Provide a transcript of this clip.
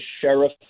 sheriff